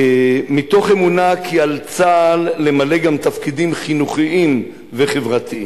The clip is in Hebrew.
מתוך אמונה כי על צה"ל למלא גם תפקידים חינוכיים וחברתיים,